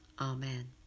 Amen